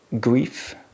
grief